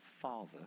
father